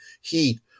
heat